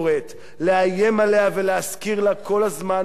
לאיים עליה ולהזכיר לה כל הזמן ובכל עת,